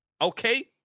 Okay